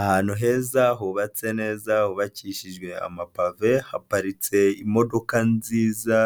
Ahantu heza hubatse neza hubakishijwe amapave haparitse imodoka nziza